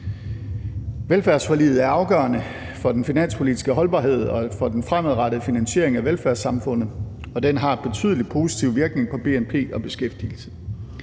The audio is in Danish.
Velfærdsforliget er afgørende for den finanspolitiske holdbarhed og for den fremadrettede finansiering af velfærdssamfundet, og den har en betydelig positiv virkning på bnp og beskæftigelsen.